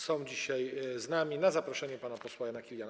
Są dzisiaj z nami na zaproszenie pana posła Jana Kiliana.